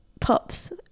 pops